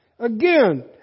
Again